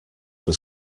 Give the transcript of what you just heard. was